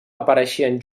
apareixien